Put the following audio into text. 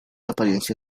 apariencia